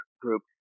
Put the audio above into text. group